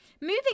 moving